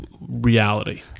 reality